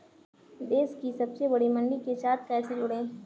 देश की सबसे बड़ी मंडी के साथ कैसे जुड़ें?